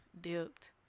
dipped